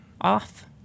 off